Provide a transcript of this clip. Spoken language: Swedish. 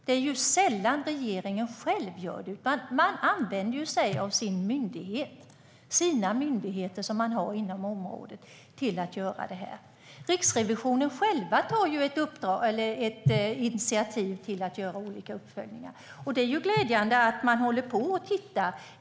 Det är sällan regeringen själv som gör arbetet, utan man använder sig av de myndigheter som finns inom området. Riksrevisionen har själv tagit initiativ till olika uppföljningar. Det är glädjande att det sker uppföljningar.